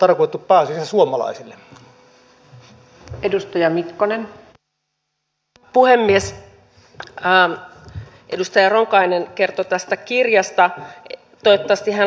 olisin halunnut kiittää ministeriä valitettavasti hän joutui jo poistumaan salista ja haluaisin oikeastaan vielä jatkaa tästäkin aiheesta